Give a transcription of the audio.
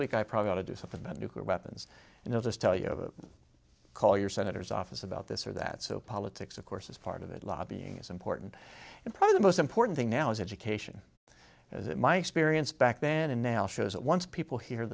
week i probably ought to do something about nuclear weapons and others tell you call your senator's office about this or that so politics of course is part of it lobbying is important and probably the most important thing now is education as my experience back then and now shows that once people he